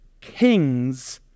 kings